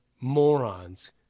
morons